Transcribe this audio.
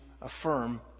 affirm